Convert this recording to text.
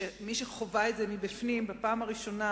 כמי שחווה את זה מבפנים בפעם הראשונה,